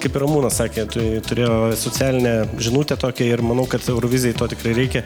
kaip ramūnas sakė tai turėjo socialinę žinutę tokią ir manau kad eurovizijai to tikrai reikia